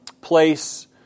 place